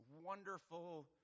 wonderful